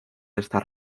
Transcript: estas